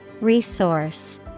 Resource